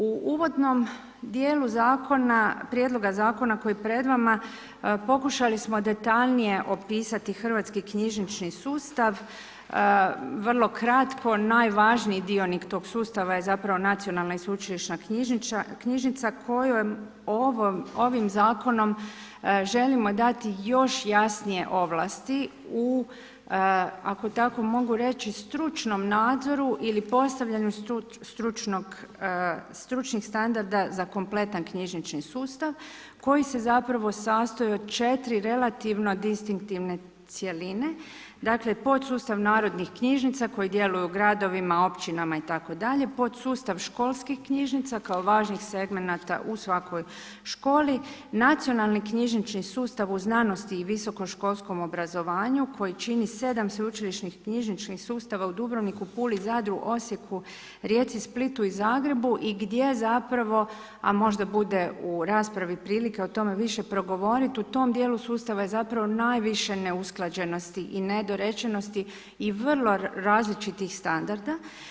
U uvodnom djelu zakona, prijedloga zakona koji je pred vama pokušali smo detaljnije opisati hrvatski knjižnični sustav, vrlo kratko, najvažniji dionik tog sustava je zapravo nacionalne i sveučilišna knjižnica koja ovim zakonom želimo dati još jasnije ovlasti u, ako tako mogu reći stručnom nadzoru ili postavljanju stručnih standarda za kompletan knjižnični sustav koji se zapravo sastoji od 4 relativno distinktivne cjeline, dakle podsustav narodnih knjižnica koji djeluje u gradovima, općinama itd., podsustav školskih knjižnica kao važnih segmenata u svakoj školi, nacionalni knjižnični sustav u znanosti i visokoškolskom obrazovanju koji čini 7 sveučilišnih knjižničnih sustava u Dubrovniku, Puli, Zadru, Osijeku, Rijeci, Splitu i Zagrebu i gdje zapravo, a možda bude u raspravi prilike o tome više progovorit, u tom djelu sustava je zapravo najviše neusklađenosti i nedorečenosti i vrlo različitih standarda.